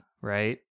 right